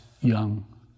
young